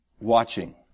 watching